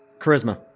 Charisma